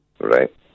Right